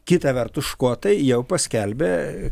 kita vertus škotai jau paskelbė